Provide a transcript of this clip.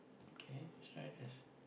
okay try this